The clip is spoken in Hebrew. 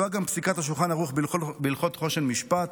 ידועה גם פסיקת השולחן ערוך בהלכות חושן משפט,